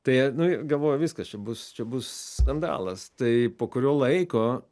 tai nu galvoju viskas čia bus čia bus skandalas tai po kurio laiko